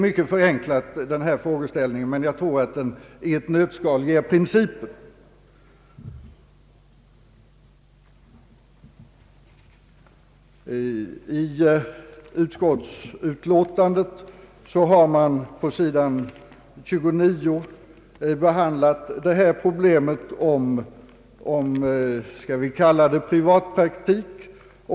Frågeställningen är mycket förenklad, men jag tror att den ger principen i ett nötskal. På sidan 29 i utskottsutlåtandet behandlas problemet om — skall vi kalla det — privatpraktik.